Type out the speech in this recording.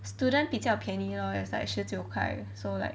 student 比较便宜 lor is like 十九块 so like